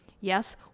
Yes